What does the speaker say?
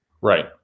right